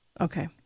Okay